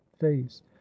face